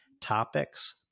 topics